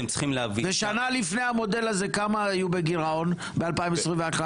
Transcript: שנה לפני המודל הזה, כמה היו בגירעון, ב-2021?